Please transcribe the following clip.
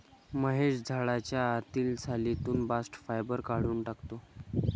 महेश झाडाच्या आतील सालीतून बास्ट फायबर काढून टाकतो